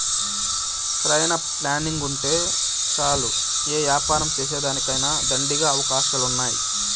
సరైన ప్లానింగుంటే చాలు యే యాపారం సేసేదానికైనా దండిగా అవకాశాలున్నాయి